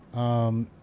um,